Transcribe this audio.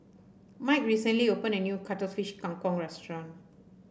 Mike recently opened a new Cuttlefish Kang Kong restaurant